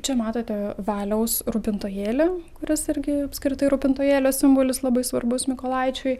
čia matote valiaus rūpintojėlį kuris irgi apskritai rūpintojėlio simbolis labai svarbus mykolaičiui